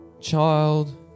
child